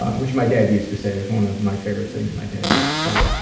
ah which my dad used to say, it's one of my favorite things my dad used to say.